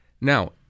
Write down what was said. Now